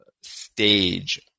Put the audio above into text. stage